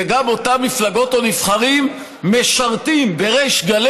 וגם אותן מפלגות או נבחרים משרתים בריש גלי